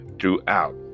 throughout